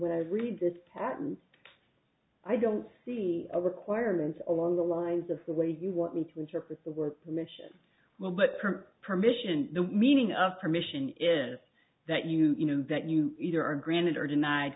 when i read this patents i don't see a requirements along the lines of the way you want me to interpret the word permission will but for permission the meaning of permission is that you you know that you either are granted or denied